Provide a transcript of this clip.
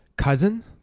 cousin